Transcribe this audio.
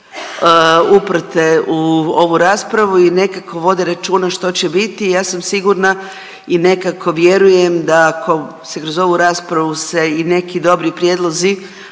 uprte u ovu raspravu i nekako vode računa što će biti. Ja sam sigurna i nekako vjerujem da ako se kroz ovu raspravu se i neki dobri prijedlozi,